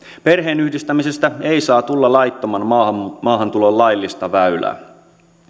perheenyhdistämisestä ei saa tulla laittoman maahantulon laillista väylää